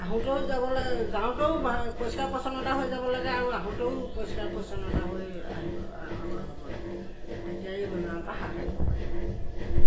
আহোঁতেও যাব লাগে যাওঁতেও ভা পৰিষ্কাৰ পৰিচ্ছন্নতা হৈ যাব লাগে আৰু আহোঁতেও পৰিষ্কাৰ পৰিচ্ছন্নতা হৈ আহিব হ'ব লাগে তেতিয়া এই বেমাৰৰ পৰা হাত সাৰিব পাৰি